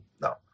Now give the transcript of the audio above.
No